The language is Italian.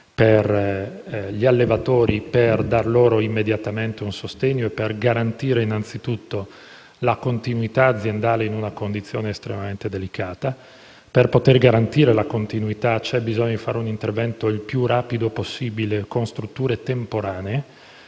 ad animale, per dare immediatamente un sostegno agli allevatori e garantire la continuità aziendale in una condizione estremamente delicata. Per poter garantire la continuità c'è bisogno di un intervento il più rapido possibile con strutture temporanee